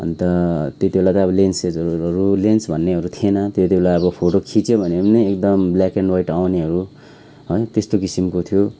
अन्त त्यतिबेला चाहिँ अब लेन्सेसहरू लेन्स भन्नेहरू थिएन त्यति बेला अब फोटो खिच्यो भने पनि अब एकदम ब्ल्याक एन्ड व्हाइट आउनेहरू है त्यस्तो किसिमको थियो